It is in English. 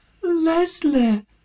Leslie